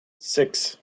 six